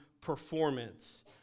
performance